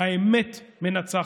האמת מנצחת.